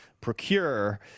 procure